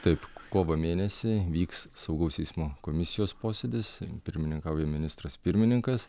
taip kovo mėnesį vyks saugaus eismo komisijos posėdis pirmininkauja ministras pirmininkas